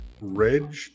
Reg